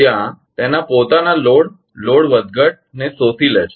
ત્યાં તેના પોતાના લોડ લોડ વધઘટફેરફારને શોષી લે છે